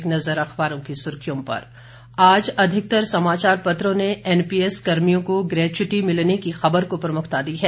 एक नज़र अखबारों की सुर्खियों पर आज अधिकतर समाचार पत्रों ने एनपीएस कर्मियों को ग्रेच्यूटी मिलने की खबर को प्रमुखता दी है